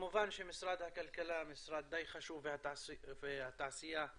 כמובן שמשרד הכלכלה והתעשייה הוא